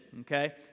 okay